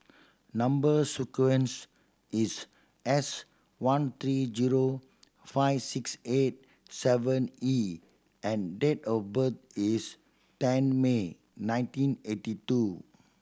number sequence is S thirteen zero five six eight seven E and date of birth is ten May nineteen eighty two